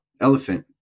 elephant